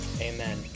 Amen